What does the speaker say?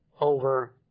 over